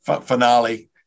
finale